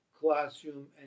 classroom